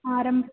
आरब्धा